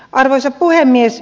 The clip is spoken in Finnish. arvoisa puhemies